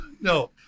no